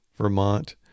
Vermont